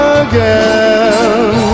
again